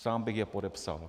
Sám bych je podepsal.